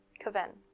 Kaven